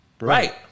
Right